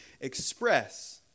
express